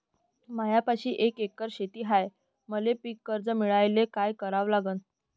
मायापाशी एक एकर शेत हाये, मले पीककर्ज मिळायले काय करावं लागन?